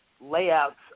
layouts